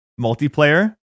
multiplayer